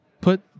put